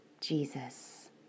Jesus